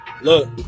look